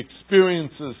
experiences